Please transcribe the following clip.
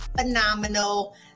phenomenal